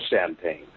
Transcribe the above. champagne